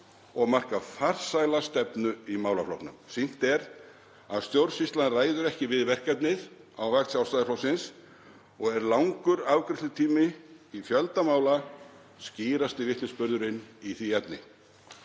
og marka farsæla stefnu í málaflokknum. Sýnt er að stjórnsýslan ræður ekki við verkefnið á vakt Sjálfstæðisflokksins og er langur afgreiðslutími í fjölda mála skýrasti vitnisburðurinn í því efni.